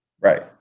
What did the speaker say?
Right